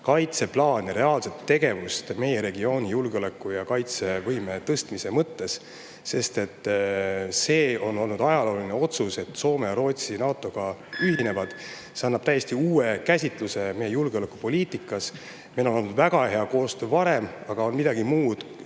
kaitseplaane, reaalset tegevust meie regiooni julgeoleku ja kaitsevõime tõstmiseks. See on olnud ajalooline otsus, et Soome ja Rootsi NATO-ga ühinesid. See annab täiesti uue käsituse meie julgeolekupoliitikast. Meil on olnud väga hea koostöö ka varem, aga nüüd on